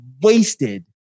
wasted